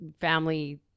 family